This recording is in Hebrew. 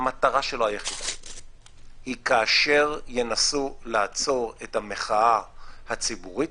המטרה שלו היחידה היא כאשר ינסו לעצור את המחאה הציבורית,